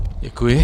Děkuji.